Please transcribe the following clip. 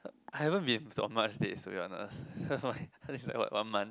I haven't been on much dates to be honest this is like what one month